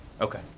Okay